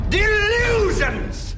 delusions